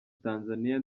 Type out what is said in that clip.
tanzania